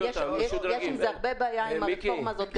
יש הרבה בעיה עם הרפורמה הזאת.